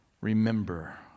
remember